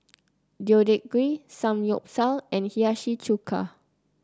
Deodeok Gui Samgyeopsal and Hiyashi Chuka